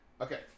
Okay